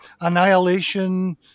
Annihilation